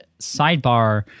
sidebar